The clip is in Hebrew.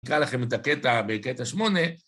נקרא לכם את הקטע בקטע שמונה.